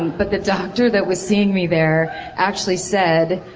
but the doctor that was seeing me there actually said,